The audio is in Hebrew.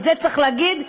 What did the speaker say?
את זה צריך להגיד,